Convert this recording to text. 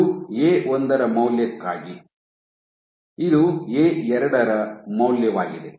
ಇದು ಎ ಒಂದರ ಮೌಲ್ಯಕ್ಕಾಗಿ ಇದು ಎ ಎರಡರ ಮೌಲ್ಯವಾಗಿದೆ